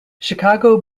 chicago